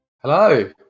Hello